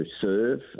serve